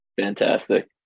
fantastic